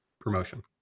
promotion